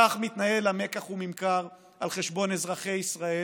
כך מתנהל המקח וממכר על חשבון אזרחי ישראל,